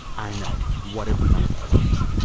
i know. what have we done with our lives?